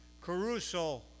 Caruso